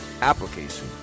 application